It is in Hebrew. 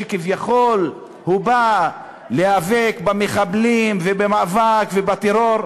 שכביכול הוא בא להיאבק במחבלים ולהיאבק בטרור,